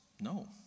no